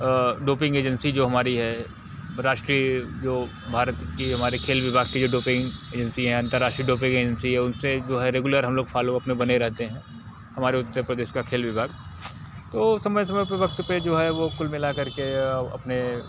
doping agency जो हमारी है राष्ट्रीय जो भारत की हमारे खेल विभाग की जो डोपिंग एजेंसी हैं अन्तर्राष्ट्रीय डोपिंग एजेंसी है उनसे जो है रेगुलर हम लोग फॉलो अप में बने रहते हैं हमारे उत्तर प्रदेश का खेल विभाग तो समय समय पर वक्त पर जो है वह कुल मिला करके अपने